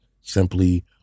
simply